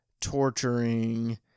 torturing